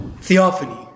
Theophany